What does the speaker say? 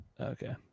Okay